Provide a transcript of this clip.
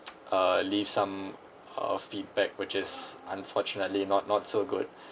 uh leave some uh feedback which is unfortunately not not so good